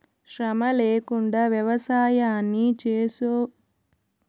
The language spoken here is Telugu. శ్రమ లేకుండా వ్యవసాయాన్ని చేసుకొనేందుకు కొత్త వ్యవసాయ యంత్రాలు అందుబాటులోకి వచ్చినాయి